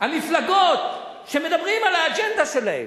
המפלגות שמדברות על האג'נדה שלה,